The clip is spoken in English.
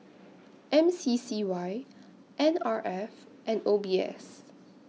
M C C Y N R F and O B S